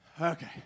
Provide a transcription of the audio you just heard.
Okay